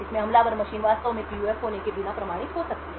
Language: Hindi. इसमें हमलावर मशीन वास्तव में पीयूएफ होने के बिना प्रमाणित हो सकती है